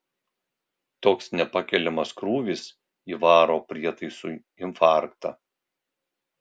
toks nepakeliamas krūvis įvaro prietaisui infarktą